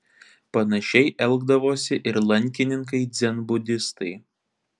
panašiai elgdavosi ir lankininkai dzenbudistai